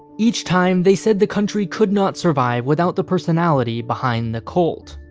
each time they said the country could not survive without the personality behind the cult,